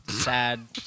Sad